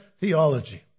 theology